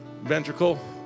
Ventricle